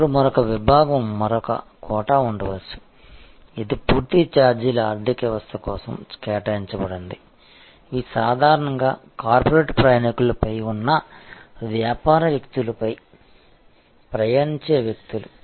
అప్పుడు మరొక విభాగం మరొక కోటా ఉండవచ్చు ఇది పూర్తి ఛార్జీల ఆర్థిక వ్యవస్థ కోసం కేటాయించబడింది ఇవి సాధారణంగా కార్పొరేట్ ప్రయాణికులపై ఉన్న వ్యాపార వ్యక్తులపై ప్రయాణించే వ్యక్తులు